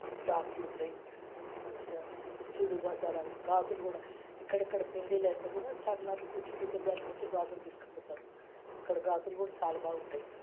ఫ్రాక్లుంటాయి మంచిగా చుడిబజార్ అని గాజులు కూడా ఎక్కడెక్కడ పెండిలయితే కూడా చార్మినార్కు చుడీబజార్కు వచ్చి గాజులు తీసుకోపోతారు అక్కడ గాజులు కూడా చాలా బాగుంటాయి